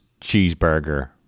cheeseburger